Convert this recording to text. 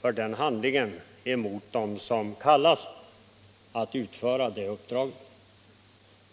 för den handlingen mot dem som kallas att utföra uppdraget.